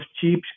cheap